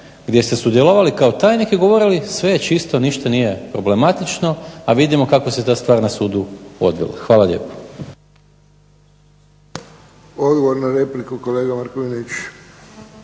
gdje ste sudjelovali kao tajnik i govorili sve je čisto, ništa nije problematično, a vidimo kako se ta stvar na sudu odvila. Hvala lijepo. **Friščić, Josip